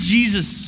Jesus